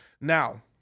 now